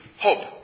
hope